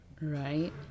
right